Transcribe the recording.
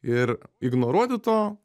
ir ignoruoti to